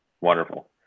Wonderful